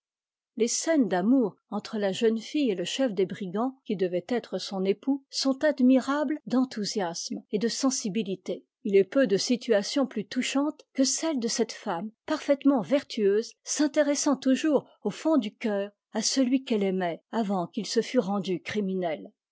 les scènes d'amour entre la jeune fille et le chef des brigands qui devait être son époux sont admirables d'enthousiasme et de sensibilité il est peu de situations plus touchantes que celle de cette femme parfaitement vertueuse s'intéressant toujours au fond du cœur à celui qu'elle aimait avant qu'il se fût rendu criminel